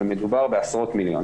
אבל מדובר בעשרות מיליונים.